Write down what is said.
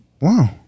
Wow